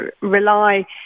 rely